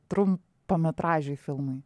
trumpametražiai filmai